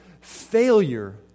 failure